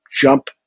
jump